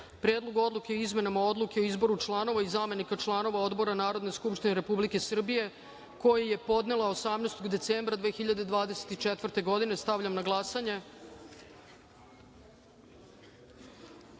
Predlog odluke o izmenama Odluke o izboru članova i zamenika članova Odbora Narodne skupštine Republike Srbije, koji je podnela 18. decembra 2024. godine. Stavljam na glasanje: